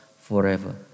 forever